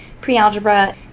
pre-algebra